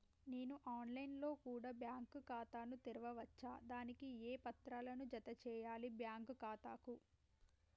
నేను online లో కూడా బ్యాంకు ఖాతా ను తెరవ వచ్చా? దానికి ఏ పత్రాలను జత చేయాలి బ్యాంకు ఖాతాకు?